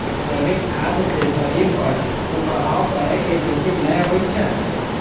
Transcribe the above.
जैविक खाद्य सं शरीर पर कुप्रभाव पड़ै के जोखिम नै होइ छै